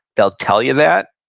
they'll tell you that,